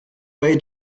way